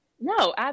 No